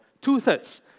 Two-thirds